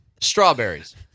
Strawberries